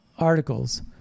Articles